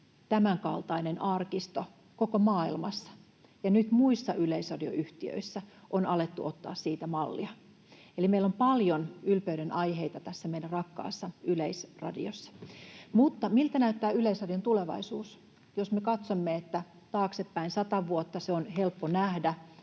tämänkaltainen arkisto koko maailmassa, ja nyt muissa yleisradioyhtiöissä on alettu ottaa siitä mallia. Eli meillä on paljon ylpeydenaiheita tässä meidän rakkaassa Yleisradiossa. Mutta miltä näyttää Yleisradion tulevaisuus? Jos me katsomme taaksepäin sata vuotta, on helppo nähdä,